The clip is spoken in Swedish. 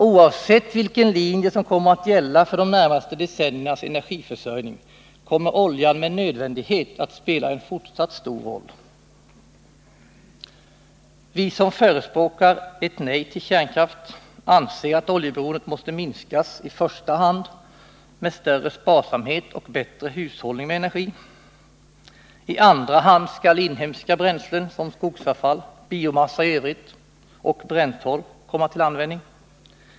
Oavsett vilken linje som kommer att gälla för de närmaste decenniernas energiförsörjning kommer oljan med nödvändighet att spela en fortsatt stor roll. Vi som förespråkar ett nej till kärnkraft anser att oljeberoendet måste minskas i första hand med större sparsamhet och bättre hushållning med energi. I andra hand skall inhemska bränslen som skogsavfall, biomassa i övrigt och bränntorv komma till användning.